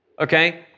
okay